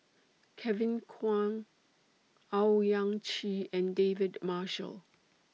Kevin Kwan Owyang Chi and David Marshall